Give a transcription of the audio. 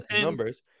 numbers